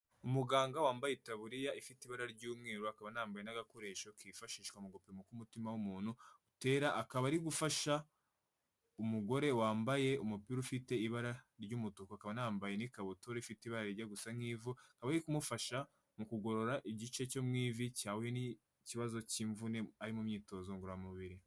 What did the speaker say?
Umuganga wambaye itaburiya ifite ibara ry'umweru, akaba anambaye n'agakoresho kifashishwa mu gupima uko umutima w'umuntu utera, akaba ari gufasha umugore wambaye umupira ufite ibara ry'umutuku, akaba anambaye n'ikabutura ifite ibara rijya gusa nk'ivu, akaba ari kumufasha mu kugorora igice cyo mu ivi cyahuye n'ikibazo cy'imvune ari mu myitozo ngororamubiri.